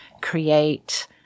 create